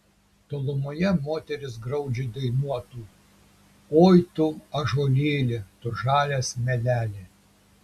tolumoje moteris graudžiai dainuotų oi tu ąžuolėli tu žalias medeli